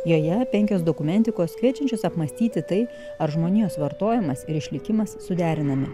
joje penkios dokumentikos kviečiančios apmąstyti tai ar žmonijos vartojimas ir išlikimas suderinami